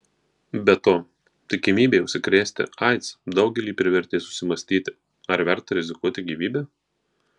be to tikimybė užsikrėsti aids daugelį privertė susimąstyti ar verta rizikuoti gyvybe